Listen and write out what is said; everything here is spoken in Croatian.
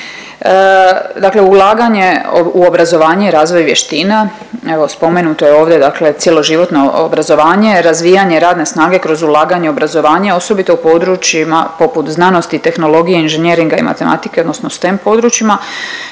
Dakle, ulaganje u obrazovanje i razvoj vještina. Evo spomenuto je ovdje dakle cjeloživotno obrazovanje, razvijanje radne snage kroz ulaganje u obrazovanje osobito u područjima poput znanosti, tehnologije, inženjeringa i matematike odnosno STEM područjima.